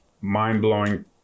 mind-blowing